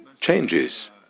changes